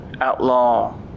outlaw